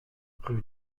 rue